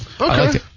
Okay